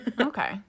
Okay